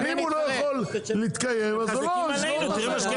אם הוא לא יכול להתקיים אז הוא יסגור את המשק.